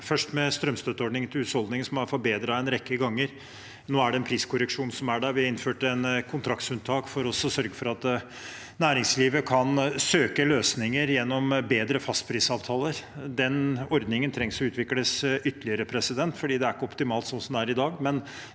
tiltak mot strømpriskrisen 2024 som er forbedret en rekke ganger. Nå er det en priskorreksjon der. Vi innførte et kontraktsunntak for å sørge for at næringslivet kan søke løsninger gjennom bedre fastprisavtaler. Den ordningen trengs å utvikles ytterligere, for det er ikke optimalt slik som det er i dag,